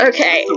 Okay